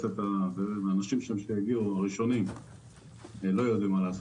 אנשים שיגיעו ראשונים לא יידעו מה לעשות,